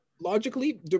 Logically